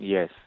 Yes